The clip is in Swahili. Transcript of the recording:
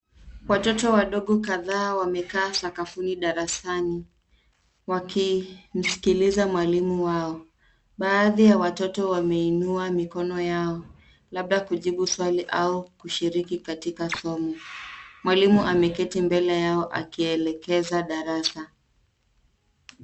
Watoto wadogo kadhaa wamekaa sakafuni darasani wakisikiliza mwalimu wao. Baadhi wa watoto wameinua mikono yao labda kujibu swali au kushiriki katika somo. Mwalimu ameketi mbele yao akielekeza darasa.